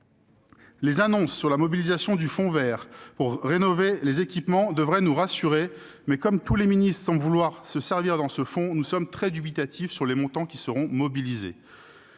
Les annonces concernant la mobilisation du fonds vert pour rénover les équipements devraient nous rassurer. Mais, comme tous les ministres semblent vouloir se servir dans ce fonds, nous sommes très dubitatifs sur les montants qui seront réellement